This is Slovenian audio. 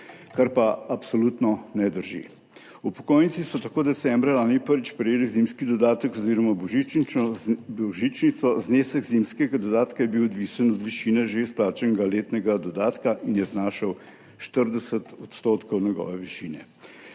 kar pa absolutno ne drži. Upokojenci so tako decembra lani prvič prejeli zimski dodatek oziroma božičnico. Znesek zimskega dodatka je bil odvisen od višine že izplačanega letnega dodatka in je znašal 40 % njegove višine.